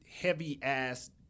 heavy-ass